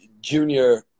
junior